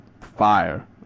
fire